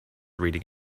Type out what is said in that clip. reading